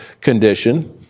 condition